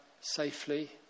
safely